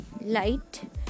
light